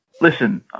Listen